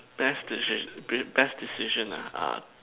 best deci~ best decision ah uh